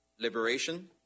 Liberation